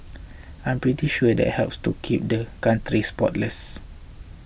I'm pretty sure that helps to keep the spotless